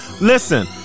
Listen